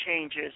changes